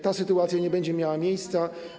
Ta sytuacja nie będzie miała miejsca.